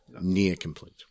Near-complete